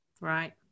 Right